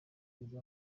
igeze